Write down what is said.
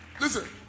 Listen